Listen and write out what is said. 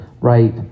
right